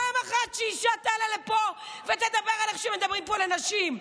פעם אחת שאישה תעלה לפה ותדבר על איך שמדברים פה לנשים.